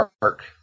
Park